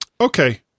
okay